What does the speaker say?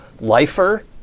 lifer